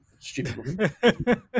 Stupid